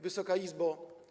Wysoka Izbo!